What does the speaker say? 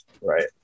right